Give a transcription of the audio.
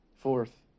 Fourth